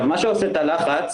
מה שעושה תא לחץ,